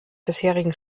bisherigen